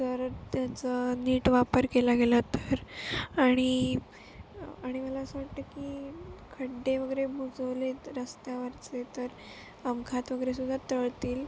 जर त्याचा नीट वापर केला गेला तर आणि आणि मला असं वाटतं की खड्डे वगैरे बुजवलेत रस्त्यावरचे तर अपघात वगैरे सुद्धा टळतील